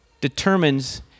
determines